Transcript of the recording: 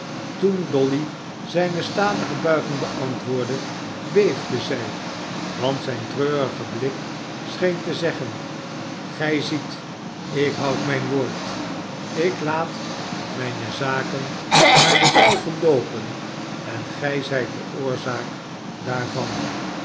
toen dolly zijne statige buiging beantwoordde beefde zij want zijn treurige blik scheen te zeggen igij ziet ik houd mijn woord ik laat mijne zaken naar den duivel loopen en gij zijt de oorzaak daarvan